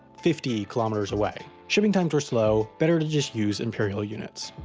fifty kilometers away. shipping times were slow. better to just use imperial units.